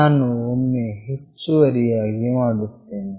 ನಾನು ಒಮ್ಮೆ ಹೆಚ್ಚುವರಿಯಾಗಿ ಮಾಡುತ್ತೇನೆ